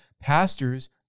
Pastors